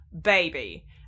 Baby